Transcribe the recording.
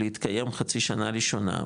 להתקיים חצי שנה ראשונה,